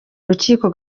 rukiko